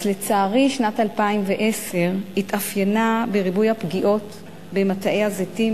לצערי שנת 2010 התאפיינה בריבוי הפגיעות במטעי הזיתים